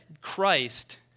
Christ